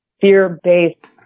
fear-based